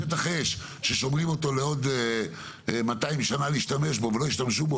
שטח אש ששומרים אותו להשתמש בו בעוד 200 שנה ולא השתמשו בו